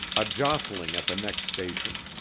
a jostling at the next station.